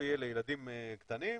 יהיה לילדים קטנים,